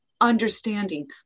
understanding